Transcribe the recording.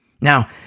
Now